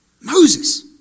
Moses